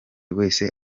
wese